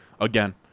Again